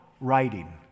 writing